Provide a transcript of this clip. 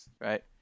right